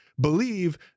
Believe